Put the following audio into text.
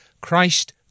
Christ